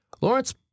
Lawrence